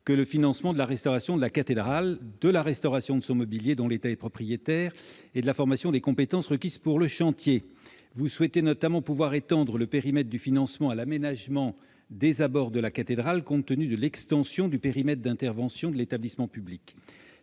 d'autres fins que la restauration de la cathédrale et de son mobilier, dont l'État est propriétaire, et la formation des compétences requises pour le chantier. Vous souhaitez notamment pouvoir étendre le périmètre du financement à l'aménagement des abords de la cathédrale, compte tenu de l'extension du périmètre d'intervention de l'établissement public.